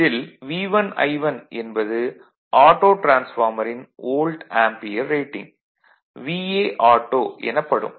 இதில் V1I1 என்பது auto டிரான்ஸ்பார்மரின் வோல்ட் ஆம்பியர் ரேடிங் auto ஆகும்